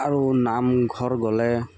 আৰু নামঘৰ গ'লে